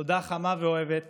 תודה חמה ואוהבת